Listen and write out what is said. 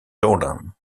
jordan